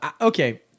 Okay